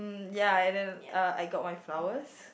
ya and then uh I got my flowers